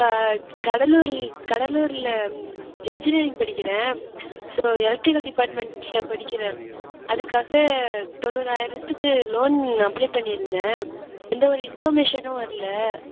கடலூர் கடலூரில் என்ஜினீயரிங் படிக்கிறேன் so electrical டிப்பார்ட்மெண்ட்டில் படிக்கிறேன் அதுக்காக தொண்ணூறாயிரத்துக்கு லோன் அப்ளை பண்ணியிருந்தேன் எந்த ஒரு இன்ஃபர்மேஷனும் வரலை